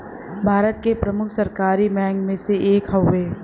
भारत के प्रमुख सरकारी बैंक मे से एक हउवे